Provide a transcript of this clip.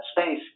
space